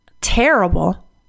terrible